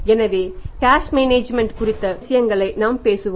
எனவே cash management குறித்து பல விஷயங்கள் நாம் பேசுவோம்